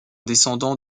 descendant